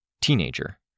teenager